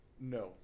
No